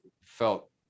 felt